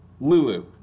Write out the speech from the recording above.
lulu